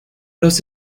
los